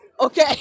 Okay